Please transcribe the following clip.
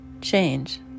change